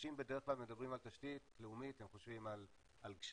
כשאנשים בדרך כלל מדברים על תשתית לאומית הם חושבים על גשרים,